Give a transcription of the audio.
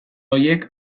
horiek